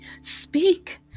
Speak